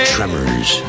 Tremors